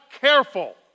careful